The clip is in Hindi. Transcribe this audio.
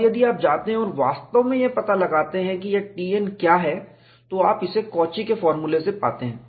और यदि आप जाते हैं और वास्तव में यह पता लगाते हैं कि यह Tn क्या है तो आप इसे कॉची के फॉर्मूले से पाते हैं